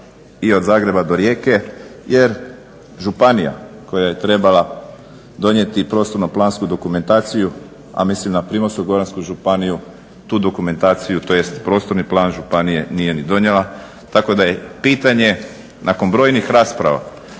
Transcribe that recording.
i od Zagreba do Rijeke jer županija koja je trebala donijeti prostorno-plansku dokumentaciju, a mislim na Primorsko-goransku županiju, tu dokumentaciju tj. prostorni plan županije ni donijela tako da je pitanje nakon brojnih rasprava